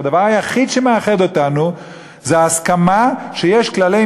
והדבר היחיד שמאחד אותנו זה ההסכמה שיש כללי